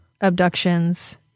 abductions